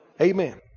Amen